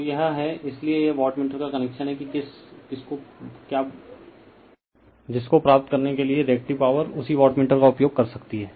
तो यह है इसीलिए यह वाटमीटर का कनेक्शन है कि जिस को प्राप्त करने के लिए रिएक्टिव पॉवर उसी वाटमीटर का उपयोग कर सकती है